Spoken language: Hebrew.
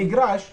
במגרש יושבים.